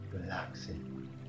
relaxing